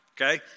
Okay